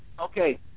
Okay